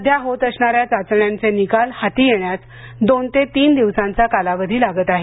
सध्या होत असणाऱ्या चाचण्यांचे निकाल हाती येण्यास दोन ते तीन दिवसांचा कालावधी लागत आहे